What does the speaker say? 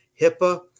HIPAA